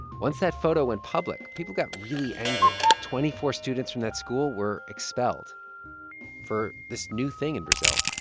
once that photo went public, people got really angry. twenty-four students from that school were expelled for this new thing in brazil,